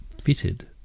fitted